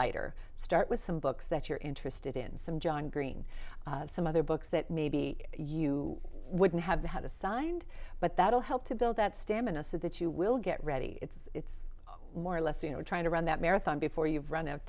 lighter start with some books that you're interested in some john green some other books that maybe you wouldn't have had assigned but that will help to build that stamina so that you will get ready it's more or less you know trying to run that marathon before you've run